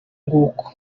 nguko